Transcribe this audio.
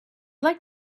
like